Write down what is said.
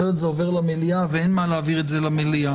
אחרת זה עובר למליאה ואין מה להעביר את זה למליאה.